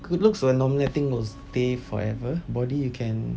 good looks will normally I think will stay forever body you can